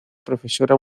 profesora